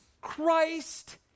Christ